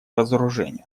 разоружению